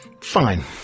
Fine